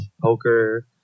poker